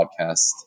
podcast